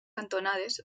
cantonades